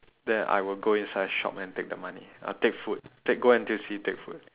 then I will go inside shop and take the money I will take food take go N_T_U_C take food